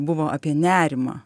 buvo apie nerimą